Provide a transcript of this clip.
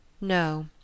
No